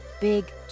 big